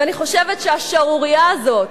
ואני חושבת שהשערורייה הזאת,